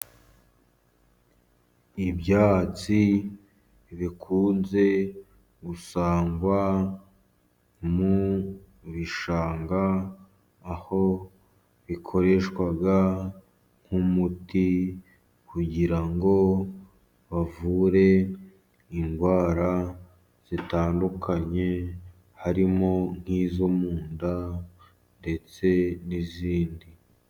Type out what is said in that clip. Ibyatsi bikunze gusangwa mu bishanga, aho bikoreshwa nk'umuti, kugira ngo bavure indwara zitandukanye, harimo nk'izo mu nda, ndetse n'izindi.